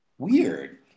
Weird